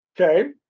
Okay